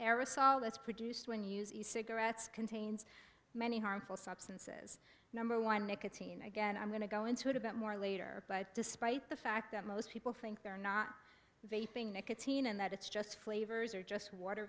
aerosol is produced when you see cigarettes contains many harmful substances number one nicotine again i'm going to go into it a bit more later but despite the fact that most people think they're not vaporing nicotine and that it's just flavors or just water